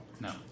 no